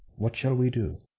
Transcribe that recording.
what shall we do?